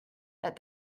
that